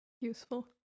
useful